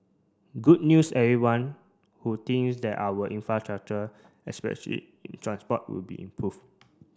good news everyone who thinks that our infrastructure especially in transport would be improved